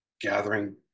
gathering